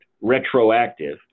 retroactive